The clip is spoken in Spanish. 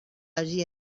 allí